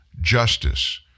justice